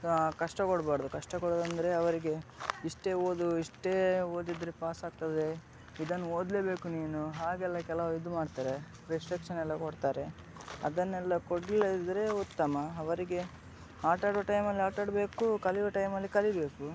ಕಷ್ಟ ಕೊಡಬಾರ್ದು ಕಷ್ಟ ಕೊಡುವುದೆಂದ್ರೆ ಅವರಿಗೆ ಇಷ್ಟೇ ಓದು ಇಷ್ಟೇ ಓದಿದರೆ ಪಾಸಾಗ್ತದೆ ಇದನ್ನು ಓದಲೇಬೇಕು ನೀನು ಹಾಗೆಲ್ಲ ಕೆಲವು ಇದು ಮಾಡ್ತಾರೆ ರಿಸ್ಟ್ರಿಕ್ಷನ್ ಎಲ್ಲ ಕೊಡ್ತಾರೆ ಅದನ್ನೆಲ್ಲ ಕೊಡಲಿಲ್ಲದಿದ್ರೆ ಉತ್ತಮ ಅವರಿಗೆ ಆಟಾಡುವ ಟೈಮಲ್ಲಿ ಆಟಾಡಬೇಕು ಕಲಿಯುವ ಟೈಮಲ್ಲಿ ಕಲಿಬೇಕು